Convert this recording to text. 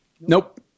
Nope